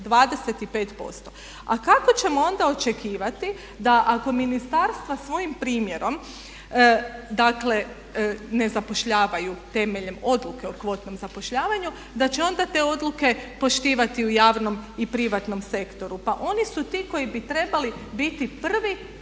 25%. A kako ćemo onda očekivati da ako ministarstva svojim primjerom dakle ne zapošljavaju temeljem odluke o kvotom zapošljavanju da će onda te odluke poštivati u javnom i privatnom sektoru. Pa oni su ti koji bi trebali biti prvi